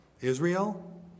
Israel